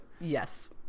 Yes